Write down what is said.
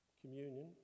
communion